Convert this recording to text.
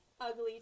ugly